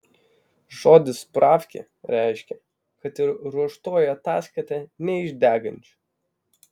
žodis spravkė reiškė kad ir ruoštoji ataskaita ne iš degančių